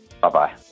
Bye-bye